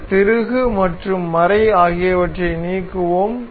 இந்த திருகு மற்றும் மறை ஆகியவற்றை நீக்குவோம்